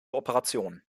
operationen